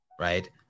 right